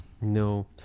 No